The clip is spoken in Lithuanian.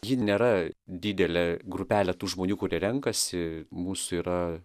ji nėra didelė grupelė tų žmonių kurie renkasi mūsų yra